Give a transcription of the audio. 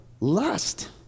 lust